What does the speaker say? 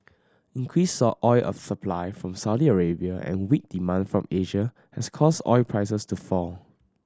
increased oil supply from Saudi Arabia and weak demand from Asia has caused oil prices to fall